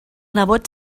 nebot